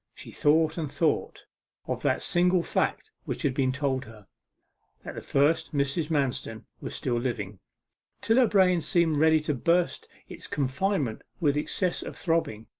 she thought and thought of that single fact which had been told her that the first mrs. manston was still living till her brain seemed ready to burst its confinement with excess of throbbing.